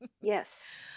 Yes